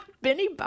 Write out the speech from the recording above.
Benny